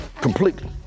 Completely